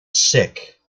sick